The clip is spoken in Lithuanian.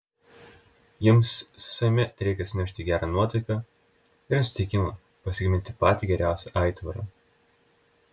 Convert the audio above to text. jums su savimi tereikia atsinešti gerą nuotaiką ir nusiteikimą pasigaminti patį geriausią aitvarą